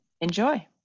Enjoy